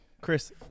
Chris